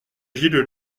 gilles